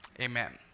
Amen